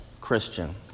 Christian